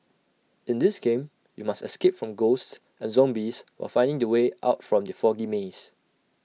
in this game you must escape from ghosts and zombies while finding the way out from the foggy maze